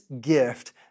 gift